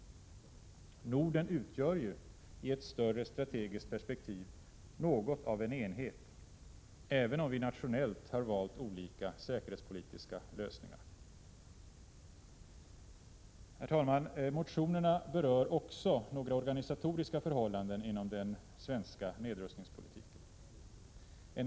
Norden utgör ju i ett större strategiskt perspektiv något av en enhet även om vi nationellt har valt olika säkerhetspolitiska lösningar. Herr talman! Motionerna berör också några organisatoriska förhållanden inom den svenska nedrustningspolitiken.